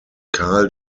karl